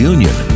Union